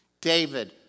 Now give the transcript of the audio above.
David